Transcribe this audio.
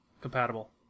compatible